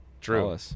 True